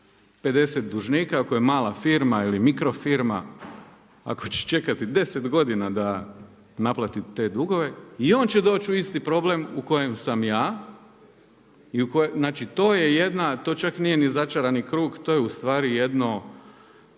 50 dužnika ako je mala firma ili mikro firma ako će čekati deset godina da naplati te dugove i on će doći u isti problem u kojem sam ja i to čak nije ni začarani krug to je ustvari jedno